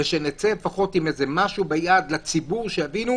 ושנצא לפחות עם משהו ביד לציבור שיבין,